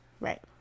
right